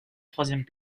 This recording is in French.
troisième